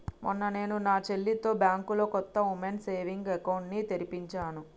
మొన్న నేను నా చెల్లితో బ్యాంకులో కొత్త ఉమెన్స్ సేవింగ్స్ అకౌంట్ ని తెరిపించాను